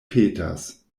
petas